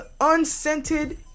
unscented